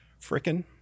Frickin